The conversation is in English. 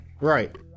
Right